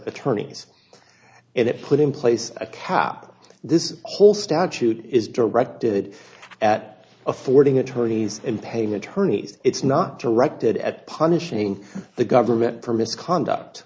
attorneys and it put in place a cap this whole statute is directed at affording attorneys and paid attorneys it's not directed at punishing the government for misconduct